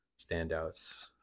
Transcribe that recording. standouts